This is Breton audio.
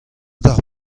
d’ar